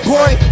Boy